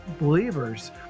believers